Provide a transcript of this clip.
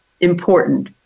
important